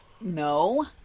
No